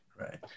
Right